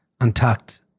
Untucked